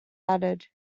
added